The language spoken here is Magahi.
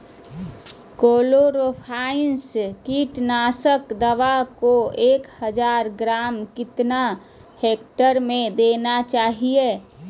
क्लोरोपाइरीफास कीटनाशक दवा को एक हज़ार ग्राम कितना हेक्टेयर में देना चाहिए?